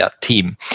team